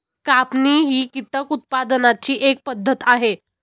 कापणी ही कीटक उत्पादनाची एक पद्धत आहे